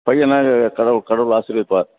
பையனை கடவுள் கடவுள் ஆசீர்வதிப்பார்